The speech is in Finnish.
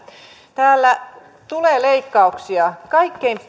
täällä tulee leikkauksia kaikkein